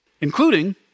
including